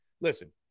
listen